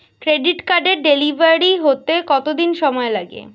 Credit কার্ডের delivery হতে কতদিন সময় লাগে?